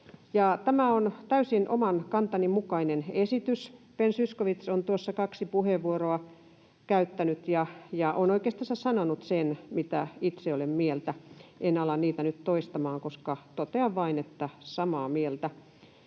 Tämä on täysin oman kantani mukainen esitys. Ben Zyskowicz on tuossa kaksi puheenvuoroa käyttänyt ja on oikeastansa sanonut sen, mitä itse olen mieltä. En ala niitä nyt toistamaan, totean vain, että olen samaa mieltä.